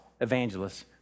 evangelists